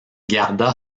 garda